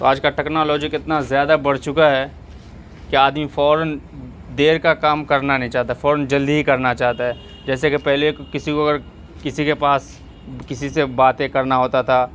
تو آج کا ٹیکنالوجی کتنا زیادہ بڑھ چکا ہے کہ آدمی فوراً دیر کا کام کرنا نہیں چاہتا فوراً جلدی ہی کرنا چاہتا ہے جیسے کہ پہلے کسی کو اگر کسی کے پاس کسی سے باتیں کرنا ہوتا تھا